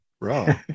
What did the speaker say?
Raw